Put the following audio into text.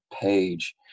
page